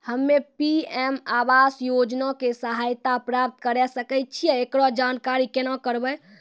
हम्मे पी.एम आवास योजना के सहायता प्राप्त करें सकय छियै, एकरो जानकारी केना करबै?